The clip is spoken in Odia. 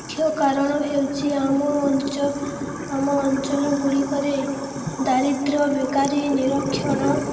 ମୁଖ୍ୟ କାରଣ ହେଉଛି ଆମ ଆମ ଅଞ୍ଚଳଗୁଡ଼ିକରେ ଦାରିଦ୍ର୍ୟ ବେକାରୀ ନିରକ୍ଷଣ